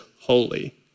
holy